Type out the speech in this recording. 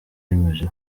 yemeje